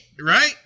Right